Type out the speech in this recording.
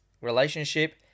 relationship